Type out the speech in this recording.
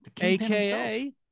aka